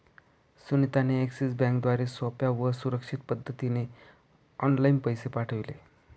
सुनीता ने एक्सिस बँकेद्वारे सोप्या व सुरक्षित पद्धतीने ऑनलाइन पैसे पाठविले